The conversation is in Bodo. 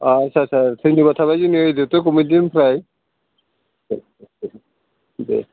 आस्सा सा सा धन्यबाद थाबाय जोंनि आदिदथ' कमिटिनिफ्राय दे